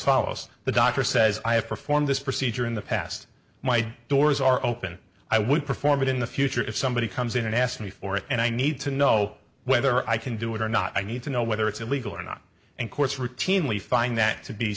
follows the doctor says i have performed this procedure in the past my doors are open i would perform it in the future if somebody comes in and asked me for it and i need to know whether i can do it or not i need to know whether it's illegal or not and courts routinely find that to be